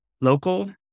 local